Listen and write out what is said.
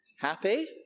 Happy